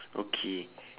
okay